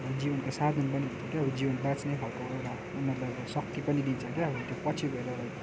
जीवनको साधन पनि हुन्छ के जिउ बाच्ने खालको एउटा उनीहरूलाई शक्ति पनि दिन्छ क्या अब त्यो पछि गएर